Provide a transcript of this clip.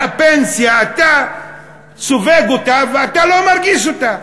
והפנסיה, אתה תסובב אותה ואתה לא מרגיש אותה.